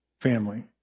family